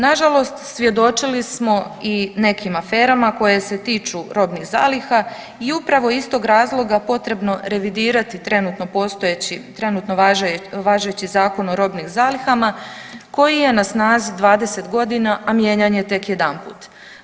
Nažalost svjedočili smo i nekim aferama koje se tiču robnih zaliha i upravo iz tog razloga potrebno revidirati trenutno postojeći, trenutno važeći Zakon o robnim zalihama, koji je na snazi 20 godina, a mijenjan je tek jedanput.